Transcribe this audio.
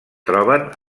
troben